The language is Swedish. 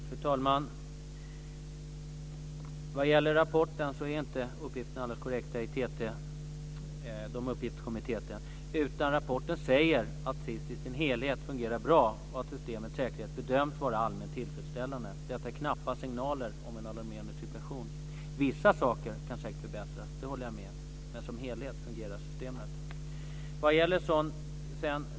Fru talman! Vad gäller rapporten är inte de uppgifter som kom i TT alldeles korrekta. Rapporten säger att SIS i sin helhet fungerar bra och att systemets säkerhet bedöms vara allmänt tillfredsställande. Detta är knappast signaler om en alarmerande situation. Vissa saker kan säkert förbättras. Det håller jag med om. Men som helhet fungerar systemet.